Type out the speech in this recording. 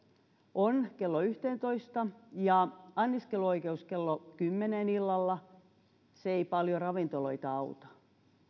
on kello yhteentoista ja anniskeluoikeus kello kymmeneen illalla se ei paljon ravintoloita auta